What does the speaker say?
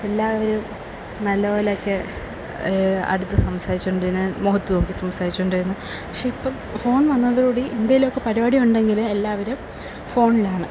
എല്ലാവരും നല്ലപോലെയൊക്കെ അടുത്ത് സംസാരിച്ചുകൊണ്ടിരുന്നു മുഖത്ത് നോക്കി സംസാരിച്ചുകൊണ്ടിരുന്നു പക്ഷേ ഇപ്പം ഫോൺ വന്നതോടുകൂടി എന്തെങ്കിലുമൊക്കെ പരിപാടി ഉണ്ടെങ്കിൽ എല്ലാവരും ഫോണിലാണ്